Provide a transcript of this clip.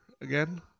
again